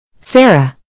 Sarah